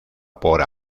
por